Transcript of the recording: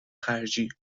خرجی